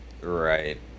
Right